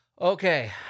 Okay